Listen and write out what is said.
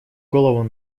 голову